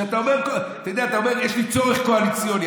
שאתה אומר: יש לי צורך קואליציוני.